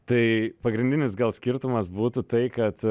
tai pagrindinis gal skirtumas būtų tai kad